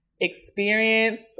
experience